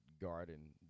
garden